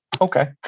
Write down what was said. okay